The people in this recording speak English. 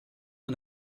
and